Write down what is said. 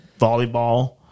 volleyball